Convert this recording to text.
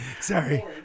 Sorry